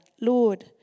Lord